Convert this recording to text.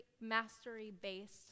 mastery-based